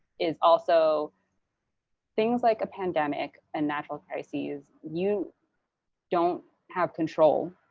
is also things like a pandemic and natural crises, you don't have control.